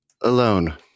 alone